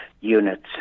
units